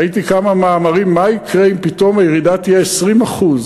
ראיתי כמה מאמרים: מה יקרה אם פתאום הירידה תהיה 20%?